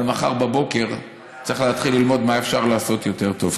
אבל מחר בבוקר צריך להתחיל ללמוד מה אפשר לעשות יותר טוב.